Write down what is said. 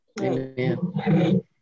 Amen